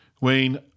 Wayne